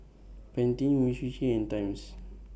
Pantene Umisushi and Times